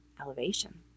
elevation